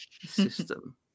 system